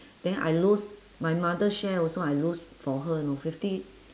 then I lose my mother share also I lose for her know fifty